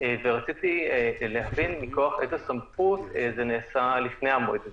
ורציתי להבין מכוח איזו סמכות זה נעשה לפני המועד הזה,